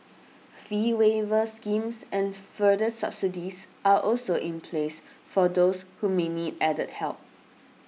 fee waiver schemes and further subsidies are also in place for those who may need added help